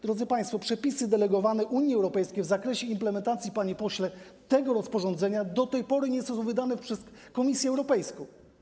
Drodzy państwo, przepisy delegowane Unii Europejskiej w zakresie implementacji, panie pośle, tego rozporządzenia, do tej pory nie są wydane przez Komisję Europejską.